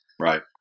Right